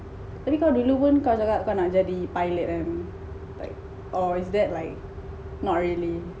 tapi kau dulu pon kau cakap nak jadi pilot kan like or is that like not really